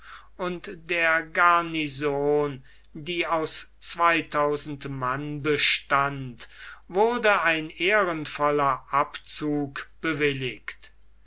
und der garnison die aus zweitausend mann bestand wurde ein ehrenvoller abzug bewilligt